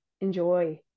enjoy